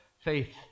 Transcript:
faith